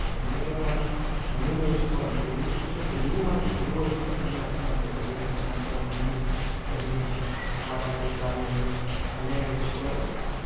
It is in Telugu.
అందుకే మనం అన్నీ నేర్చుకోవాలి తెలుగు ఫస్ట్ తెలుగు మనకు తెలుగొస్తే అన్ని వచ్చినట్టే తెలుగు వచ్చినంక హిందీ ఇంగ్లీష్ మరాఠి తమిళ్ అన్ని నేర్చుకొని